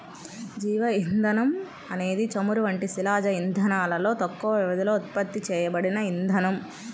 జీవ ఇంధనం అనేది చమురు వంటి శిలాజ ఇంధనాలలో తక్కువ వ్యవధిలో ఉత్పత్తి చేయబడిన ఇంధనం